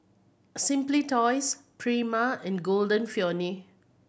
Simply Toys Prima and Golden Peony